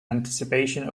anticipation